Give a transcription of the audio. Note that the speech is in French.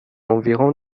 environ